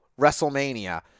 WrestleMania